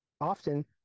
often